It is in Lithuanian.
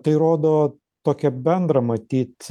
tai rodo tokią bendrą matyt